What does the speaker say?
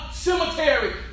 Cemetery